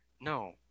no